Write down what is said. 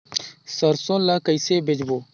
सरसो ला कइसे बेचबो?